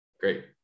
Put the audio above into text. Great